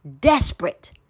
Desperate